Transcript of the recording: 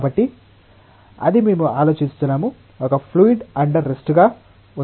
కాబట్టి అది మేము ఆలోచిస్తున్నాము ఒక ఫ్లూయిడ్ అండర్ రెస్ట్ గా ఉంది